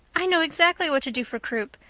i know exactly what to do for croup.